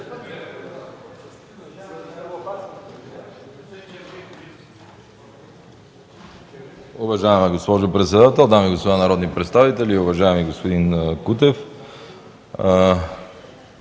Уважаема госпожо председател, дами и господа народни представители! Уважаеми господин Кутев,